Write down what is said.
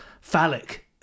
phallic